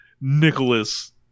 Nicholas